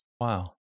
Wow